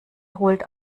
holt